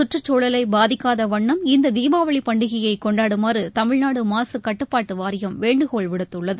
சுற்றுச்சூழலைபாதிக்காதவண்ணம் இந்ததீபாவளிபண்டிகையைகொண்டாடுமாறுதமிழ்நாடுமாசுகட்டுப்பாட்டுவாரியம் வேண்டுகோள் விடுத்துள்ளது